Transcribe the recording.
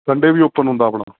Sunday ਵੀ open ਹੁੰਦਾ ਆਪਣਾ